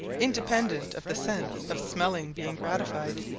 independent of the sense of smelling being gratified.